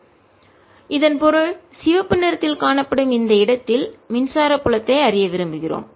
எனவே இதன் பொருள் சிவப்பு நிறத்தில் காணப்படும் இந்த இடத்தில் மின்சார புலத்தை அறிய விரும்புகிறோம்